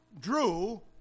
drew